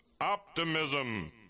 optimism